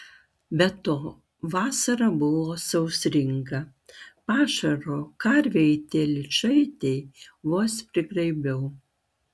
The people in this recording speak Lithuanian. be to vasara buvo sausringa pašaro karvei ir telyčaitei vos prigraibiau